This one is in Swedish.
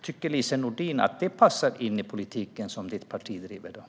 Tycker Lise Nordin att det passar in i Miljöpartiets politik?